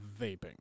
vaping